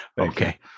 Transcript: okay